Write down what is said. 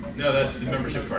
no, that's the membership